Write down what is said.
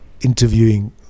interviewing